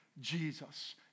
Jesus